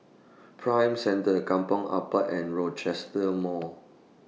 Prime Centre Kampong Ampat and Rochester Mall